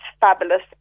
fabulous